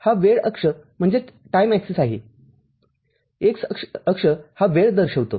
हा वेळ अक्ष आहे x अक्ष हा वेळ दर्शवितो